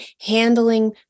handling